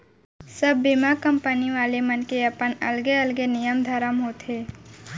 सब बीमा कंपनी वाले मन के अपन अलगे अलगे नियम धरम होथे